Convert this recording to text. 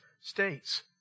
states